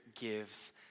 gives